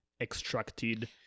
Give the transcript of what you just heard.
extracted